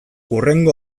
hurrengo